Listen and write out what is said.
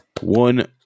One